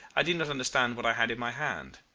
i did not understand what i had in my hand.